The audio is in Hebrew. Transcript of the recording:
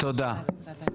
טוב, תודה.